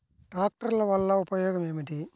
ట్రాక్టర్ల వల్ల ఉపయోగం ఏమిటీ?